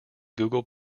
google